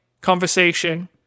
conversation